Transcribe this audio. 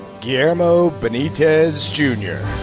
guillermo benitez, jnr.